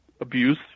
abuse